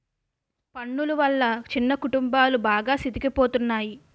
పన్నులు వల్ల చిన్న కుటుంబాలు బాగా సితికిపోతున్నాయి